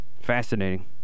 Fascinating